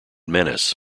menace